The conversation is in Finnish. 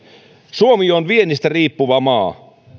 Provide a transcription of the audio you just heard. suomi on viennistä riippuva maa